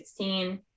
2016